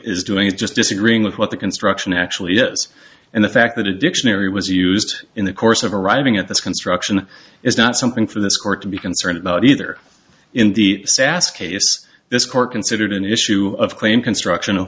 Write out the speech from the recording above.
is doing is just disagreeing with what the construction actually yes and the fact that a dictionary was used in the course of arriving at this construction is not something for this court to be concerned about either in the sas case this court considered an issue of claim construction